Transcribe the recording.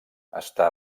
està